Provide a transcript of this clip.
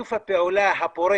לשיתוף הפעולה הפורה